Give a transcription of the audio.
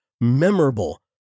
memorable